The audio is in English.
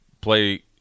play